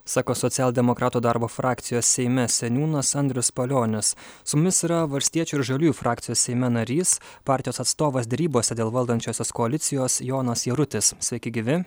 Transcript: sako socialdemokratų darbo frakcijos seime seniūnas andrius palionis su mumis yra valstiečių ir žaliųjų frakcijos seime narys partijos atstovas derybose dėl valdančiosios koalicijos jonas jarutis sveiki gyvi